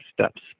steps